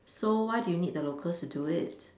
so why do you need the locals to do it